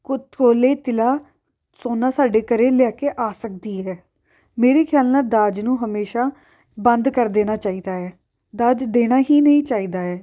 ਤੋਲੇ ਤਿਲਾ ਸੋਨਾ ਸਾਡੇ ਘਰੇ ਲੈ ਕੇ ਆ ਸਕਦੀ ਹੈ ਮੇਰੇ ਖਿਆਲ ਨਾਲ਼ ਦਾਜ ਨੂੰ ਹਮੇਸ਼ਾਂ ਬੰਦ ਕਰ ਦੇਣਾ ਚਾਹੀਦਾ ਹੈ ਦਾਜ ਦੇਣਾ ਹੀ ਨਹੀਂ ਚਾਹੀਦਾ ਹੈ